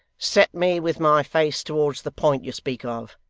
set me with my face towards the point you speak of,